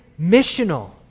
missional